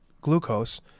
glucose